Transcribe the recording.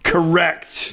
Correct